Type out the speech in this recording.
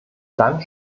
dann